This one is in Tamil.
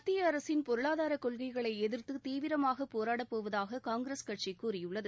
மத்திய அரசின் பொருளாதார கொள்கைகளை எதிர்த்து தீவிரமாக போராடப்போவதாக காங்கிரஸ் கட்சி கூறியுள்ளது